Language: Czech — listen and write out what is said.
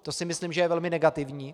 To si myslím, že je velmi negativní.